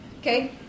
Okay